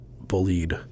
bullied